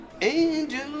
Angels